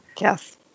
Yes